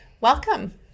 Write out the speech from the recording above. Welcome